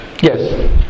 Yes